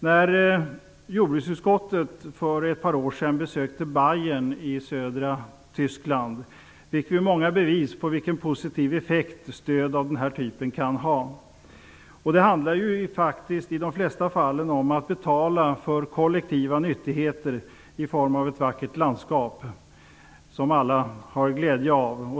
När jordbruksutskottet för ett par år sedan besökte Bayern i södra Tyskland fick vi många bevis på vilken positiv effekt som stöd av den här typen kan ha. Det handlar faktiskt i de flesta fall om att man betalar för kollektiva nyttigheter i form av ett vackert landskap, som alla har glädje av.